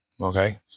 Okay